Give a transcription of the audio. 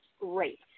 great